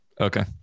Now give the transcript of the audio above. okay